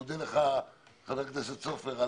מודה לך חבר הכנסת כץ על